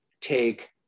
take